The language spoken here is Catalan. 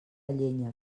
llenya